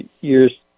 years